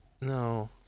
No